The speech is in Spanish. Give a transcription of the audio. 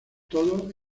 todo